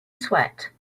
sweat